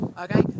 okay